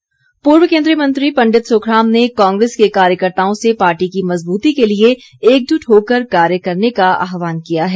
सुखराम पूर्व केन्द्रीय मंत्री पंडित सुखराम ने कांग्रेस के कार्यकर्ताओं से पार्टी की मज़बूती के लिए एकजुट होकर कार्य करने का आह्वान किया है